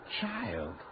child